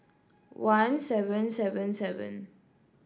one seven seven seven